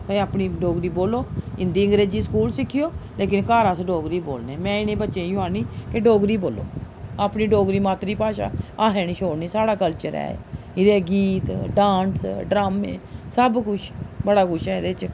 में अपनी डोगरी बोलो हिंदी अंग्रेज़ी स्कूल सिक्खेओ लेकिन घर अस डोगरी बोलने में इ'नेंगी बच्चें गी इ'यै आखनी कि डोगरी बोलो अपनी डोगरी मात्तरी भाशा अहें नी छोड़नी साढ़ा कल्चर ऐ एह्दे गीत डांस ड्रामे सब्भ कुछ बड़ा कुछ ऐ एह्दे च